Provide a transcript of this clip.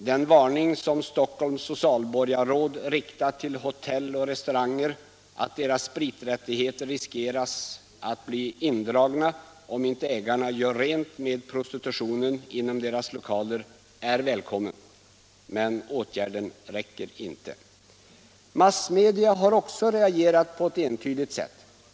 Den varning som Stockholms Fredagen den socialborgarråd riktat till hotell och restauranger, att deras spriträttigheter 10 december 1976 riskerar att bli indragna om inte ägarna gör rent med prostitutionen inom = deras lokaler, är välkommen. Men åtgärden räcker inte. Om åtgärder mot Massmedia har också reagerat på ett entydigt sätt.